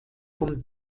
vom